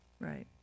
Right